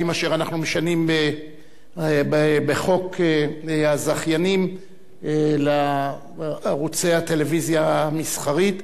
אשר אנחנו משנים בחוק הזכיינים לערוצי הטלוויזיה המסחרית.